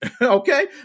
okay